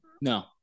No